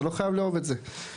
אתה לא חייב לאהוב את זה.